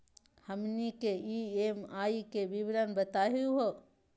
हमनी के ई.एम.आई के विवरण बताही हो?